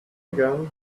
again